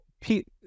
Pete